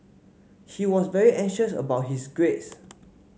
he was very anxious about his grades